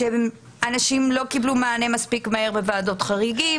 שאנשים לא קיבלו מענה מספיק מהר בוועדות חריגים